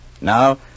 Now